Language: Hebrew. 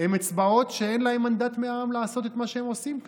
הן אצבעות שאין להן מנדט מהעם לעשות את מה שהם עושים כאן.